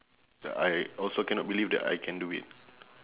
I also cannot believe that I can do it